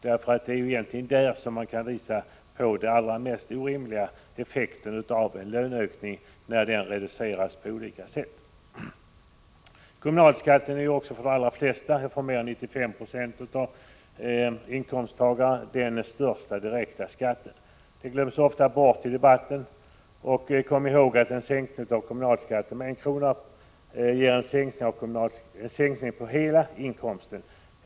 Det är egentligen på det sociala området som man kan visa på de mest orimliga effekterna när det gäller hur en löneökning på olika sätt reduceras. Kommunalskatten är för de allra flesta, för mer än 95 20 av inkomsttagarna, den största direkta skatten. Detta glöms ofta bort i debatten. Kom också ihåg att en sänkning av kommunalskatten med en krona ger en sänkning av skatten på hela inkomsten.